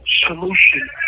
Solution